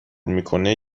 میکنه